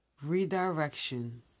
redirection